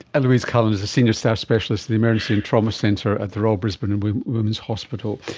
louise cullen is a senior staff specialist at the emergency and trauma centre at the royal brisbane and women's hospital.